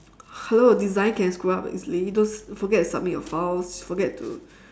hello design can screw up easily those forget to submit your files forget to